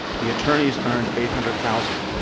the attorneys earned eight hundred thousand